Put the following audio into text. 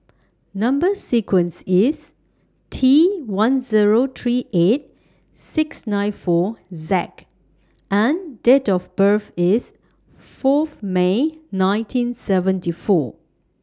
Number sequence IS T one Zero three eight six nine four and Date of birth IS Fourth May nineteen seventy four